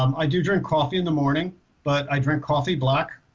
um i do drink coffee in the morning but i drink coffee black